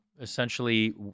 essentially